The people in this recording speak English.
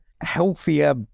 healthier